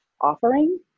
offering